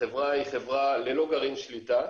החברה היא חברה ללא גרעין שליטה,